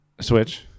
switch